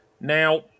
Now